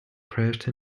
crashed